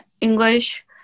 English